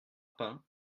pain